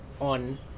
on